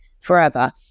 forever